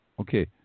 Okay